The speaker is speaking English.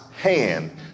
hand